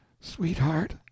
Sweetheart